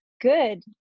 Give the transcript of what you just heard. good